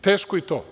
Teško je i to.